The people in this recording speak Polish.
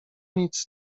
nic